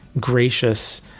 gracious